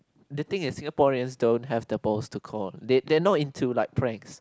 the thing is Singaporeans don't have the balls to call they are not into like pranks